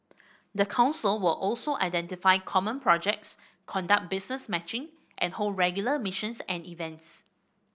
the council will also identify common projects conduct business matching and hold regular missions and events